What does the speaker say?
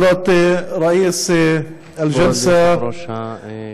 (אומר דברים בשפה הערבית,